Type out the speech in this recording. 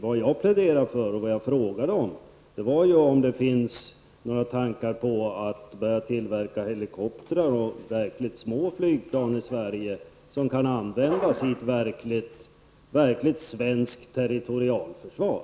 Vad jag pläderade för och vad jag frågade om var om det finns några tankar på att i Sverige börja tillverka helikoptrar och mycket små flygplan, som kan användas i ett verkligt svenskt territorialförsvar.